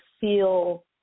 feel